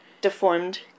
deformed